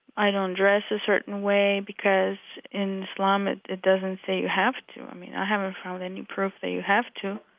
i don't dress a certain way, because, in islam, it it doesn't say you have to. i mean, i haven't found any proof that you have to.